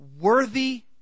worthy